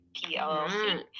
plc